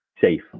safe